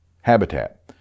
habitat